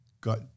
got